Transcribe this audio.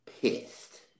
pissed